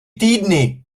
týdny